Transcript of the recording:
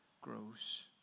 grows